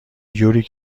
یوری